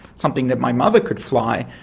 something that my mother could fly,